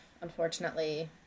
unfortunately